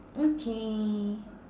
okay